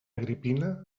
agripina